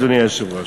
אדוני היושב-ראש.